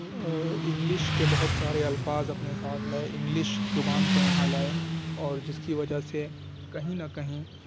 English کے بہت سارے الفاظ اپنے ساتھ لائے انگلش زبان کو یہاں لائے اور جس کی وجہ سے کہیں نہ کہیں